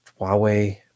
Huawei